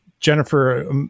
Jennifer